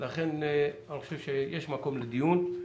לכן אני חושב שיש מקום לדיון.